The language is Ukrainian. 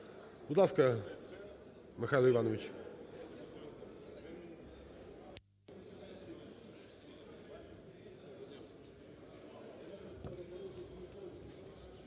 Будь ласка, Михайло Іванович.